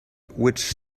which